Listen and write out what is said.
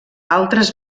altres